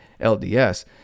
LDS